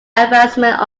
advancement